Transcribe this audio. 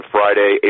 Friday